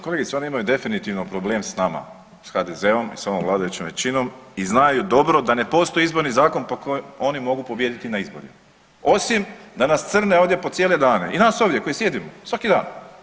Kolegice oni imaju definitivno problem s nama, s HDZ-om i s ovom vladajućom većinom i znaju dobro da ne postoji izborni zakon po kojem oni mogu pobijediti na izborima, osim da nas crne ovdje po cijele dane i nas ovdje koji sjedimo svaki dan.